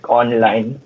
online